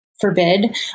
forbid